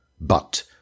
But